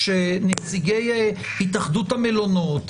כשנציגי התאחדות המלונות,